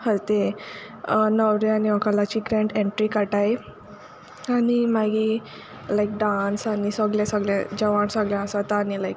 न्होवऱ्या आनी व्होकोलाची grand entry काटाय आनी मागीर लायक डान्स आनी सोगळें सोगळें जेवोण सोगळें आसोता आनी लायक